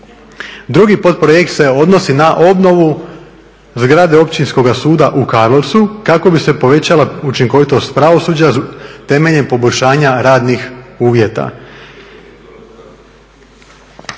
Drugi potprojekt se odnosi na obnovu zgrade Općinskoga suda u Karlovcu kako bi se povećala učinkovitost pravosuđa temeljem poboljšanja radnih uvjeta.